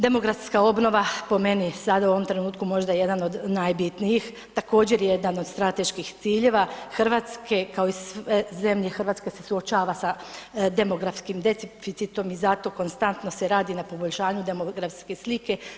Demografska obnova, po meni sada, u ovom trenutku možda jedan od najbitnijih, također jedan od strateških ciljeva Hrvatske kao i sve zemlje, i Hrvatska se suočava sa demografskim deficitom i zato konstantno se radi na poboljšanju demografske slike.